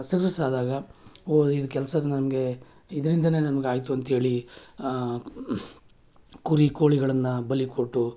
success ಆದಾಗ ಓ ಇದು ಕೆಲ್ಸದ್ದು ನನಗೆ ಇದ್ರಿಂದಲೇ ನಮ್ಗೆ ಆಯಿತು ಅಂಥೇಳಿ ಕುರಿ ಕೋಳಿಗಳನ್ನು ಬಲಿ ಕೊಟ್ಟು